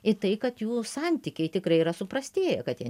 į tai kad jų santykiai tikrai yra suprastėję kad jie